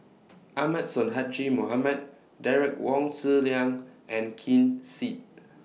Ahmad Sonhadji Mohamad Derek Wong Zi Liang and Ken Seet